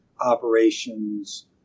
operations